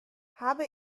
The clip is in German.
habe